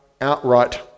outright